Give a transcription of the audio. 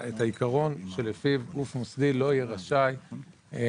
העיקרון שלפיו גוף מוסדי לא יהיה רשאי לסרב